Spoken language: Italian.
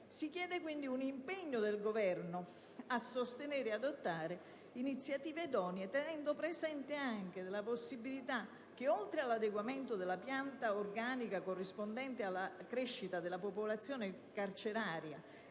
Si richiede quindi un impegno del Governo a sostenere e ad adottare iniziative idonee, tenendo presente che, oltre all'adeguamento della pianta organica corrispondente alla crescita della popolazione carceraria